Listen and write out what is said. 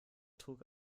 trug